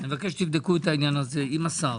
שתבדקו את העניין עם השר.